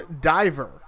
Diver